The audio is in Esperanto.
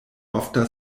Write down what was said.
ofta